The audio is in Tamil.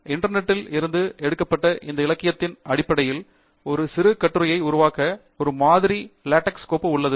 இண்டர்நெட்டில் இருந்து எடுக்கப்பட்ட இந்த இலக்கியத்தின் அடிப்படையில் ஒரு சிறு கட்டுரையை உருவாக்க ஒரு மாதிரி லேடெக்ஸ் கோப்பு உள்ளது